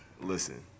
Listen